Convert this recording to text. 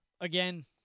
again